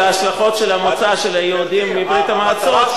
ההשלכות של המוצא של היהודים מברית-המועצות,